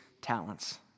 talents